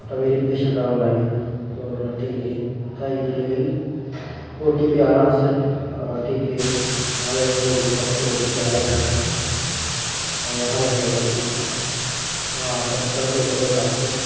आता वेरीफिकेशन करावं लागेल बरं ठीक आहे काय इथं येईल ओ टी पी आला असेल ठीक आहे माझा ईमेल उघडून बघतो ओ टी पी आला आहे का नाही हा भेटला ओ टी पी हा पॅन कार्ड पोर्टलवर टाकतो